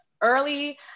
Early